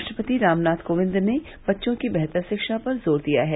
राष्ट्रप्रति रामनाथ कोविंद ने बच्चों की बेहतर शिक्षा पर जोर दिया है